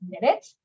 minute